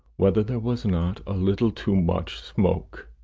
whether there was not a little too much smoke.